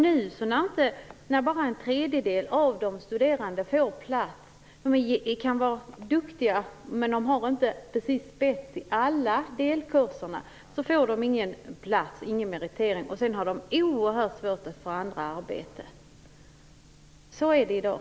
Nu får bara en tredjedel av de studerande en plats. De övriga kan vara duktiga, men har inte spets i alla delkurserna. De får då ingen plats och därmed ingen meritering. Därmed har de oerhört svårt att få andra arbeten. Så är det i dag.